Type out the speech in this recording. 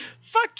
fuck